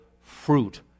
fruit